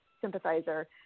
sympathizer